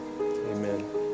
amen